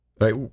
Right